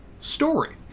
story